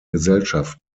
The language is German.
gesellschaften